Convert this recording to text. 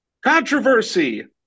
Controversy